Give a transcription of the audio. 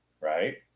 right